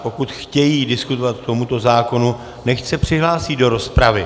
Pokud chtějí diskutovat k tomuto zákonu, nechť se přihlásí do rozpravy.